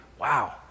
wow